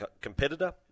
competitor